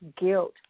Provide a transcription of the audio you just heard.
guilt